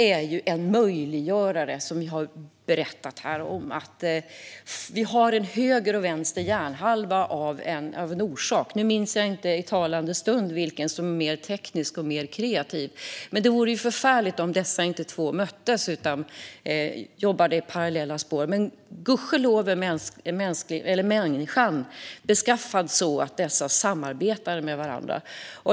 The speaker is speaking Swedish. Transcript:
Kultur är en möjliggörare. Det finns en orsak till att höger och vänster hjärnhalva skiljer sig åt. Nu minns jag inte på rak arm vilken av dem som är mer teknisk respektive mer kreativ, men det vore ju förfärligt om dessa två inte möttes utan jobbade i parallella spår. Men gudskelov är människan beskaffad så att hjärnhalvorna samarbetar med varandra.